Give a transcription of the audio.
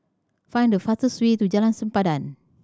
find the fastest way to Jalan Sempadan